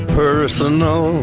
personal